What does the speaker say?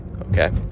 Okay